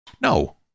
No